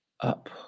up